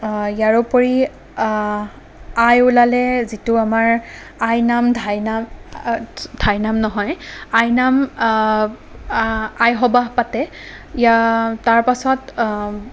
ইয়াৰোপৰি আই ওলালে যিটো আমাৰ আইনাম ধাইনাম ধাইনাম নহয় আইনাম আই সবাহ পাতে ইয়াৰ তাৰপাছত